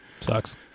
Sucks